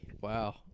Wow